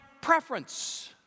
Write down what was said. preference